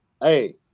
Hey